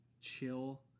chill